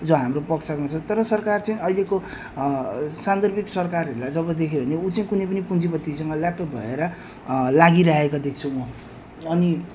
जो हाम्रो पक्षमा छ तर सरकार चाहिँ अहिलेको सान्दर्भिक सरकारहरूलाई जब देख्यो भने ऊ चाहिँ कुनै पनि पुँजीपतिसँग ल्याप्प भएर लागिरहेको देख्छु म अनि